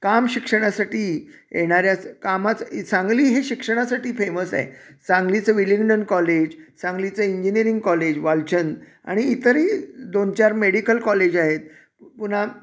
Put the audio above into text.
काम शिक्षणासाठी येणाऱ्याच कामाच सांगली हे शिक्षणासाठी फेमस आहे सांगलीचं विलिंग्डन कॉलेज सांगलीचं इंजिनीअरिंग कॉलेज वालचंद आणि इतरही दोन चार मेडिकल कॉलेज आहेत पुन्हा